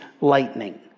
lightning